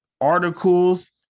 articles